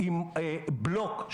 ב- 6